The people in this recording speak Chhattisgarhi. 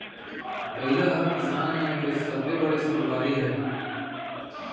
बइला ह किसान मन के सबले बड़े संगवारी हय